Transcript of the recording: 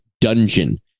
dungeon